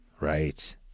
Right